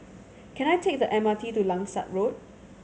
can I take the M R T to Langsat Road